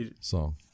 song